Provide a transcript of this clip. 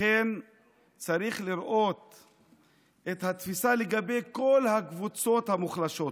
כך צריך לראות את התפיסה לגבי כל הקבוצות המוחלשות,